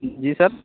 جی سر